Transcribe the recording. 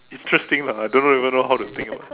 interesting lah I don't know even know how to think about it